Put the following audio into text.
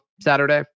Saturday